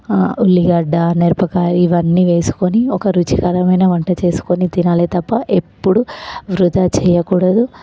ఉల్లిగడ్డ మిరపకాయ ఇవన్నీ వేసుకొని ఒక రుచికరమైన వంట చూసుకొని తినాలి తప్ప ఎప్పుడు వృధా చెయ్యకూడదు